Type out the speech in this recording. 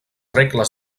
regles